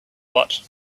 what